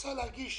רצה להגיש